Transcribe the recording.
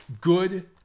good